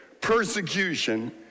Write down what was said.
persecution